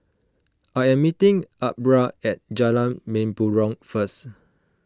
I am meeting Aubra at Jalan Mempurong first